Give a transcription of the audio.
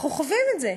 אנחנו חווים את זה,